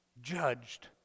judged